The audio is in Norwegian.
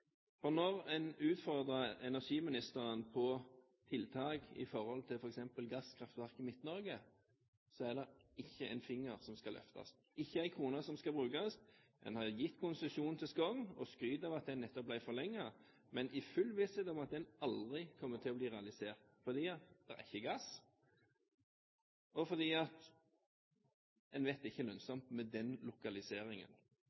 unna. Når en utfordrer energiministeren på tiltak med hensyn til f.eks. gasskraftverk i Midt-Norge, er det ikke en finger som skal løftes, ikke en krone som skal brukes. En har gitt konsesjon til Skogn og skryter av at den nettopp ble forlenget, men i full visshet om at den aldri kommer til å bli realisert, fordi det ikke er gass, og fordi en vet at det ikke er